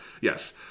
Yes